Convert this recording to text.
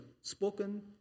spoken